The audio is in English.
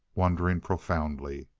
wondering profoundly.